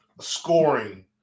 scoring